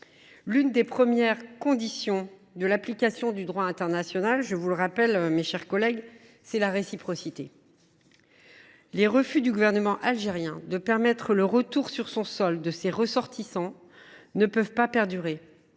L’une des premières conditions de l’application du droit international est la réciprocité. Les refus du gouvernement algérien de permettre le retour sur son sol de ses ressortissants ne peuvent perdurer.